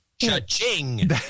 Cha-ching